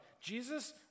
Jesus